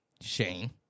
Shane